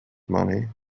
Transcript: money